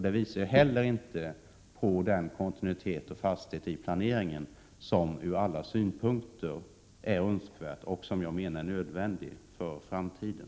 Det visar inte på den fasthet och kontinuitet i planeringen som från alla synpunkter är önskvärd och nödvändig för framtiden.